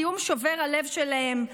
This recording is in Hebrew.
הסיום שובר הלב שלהם,